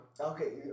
Okay